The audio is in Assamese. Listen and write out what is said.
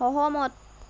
সহমত